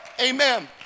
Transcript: Amen